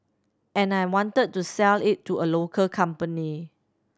and I wanted to sell it to a local company